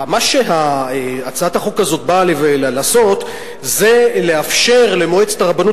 מה שהצעת החוק הזאת באה לעשות זה לאפשר למועצת הרבנות